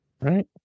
right